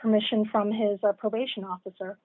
permission from his a probation officer